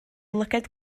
lygaid